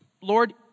Lord